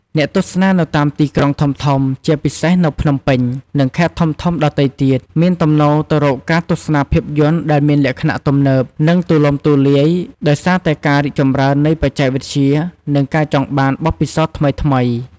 អ្នកទស្សនានៅតាមទីក្រុងធំៗ ជាពិសេសនៅ ភ្នំពេញ និងខេត្តធំៗដទៃទៀត មានទំនោរទៅរកការទស្សនាភាពយន្តដែលមានលក្ខណៈ ទំនើប និងទូលំទូលាយ ដោយសារតែការរីកចម្រើននៃបច្ចេកវិទ្យា និងការចង់បានបទពិសោធន៍ថ្មីៗ។